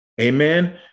Amen